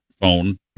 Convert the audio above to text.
phone